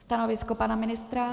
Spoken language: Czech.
Stanovisko pana ministra?